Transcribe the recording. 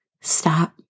Stop